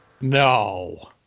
No